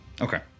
okay